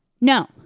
No